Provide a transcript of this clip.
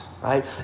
right